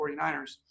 49ers